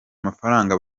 mafaranga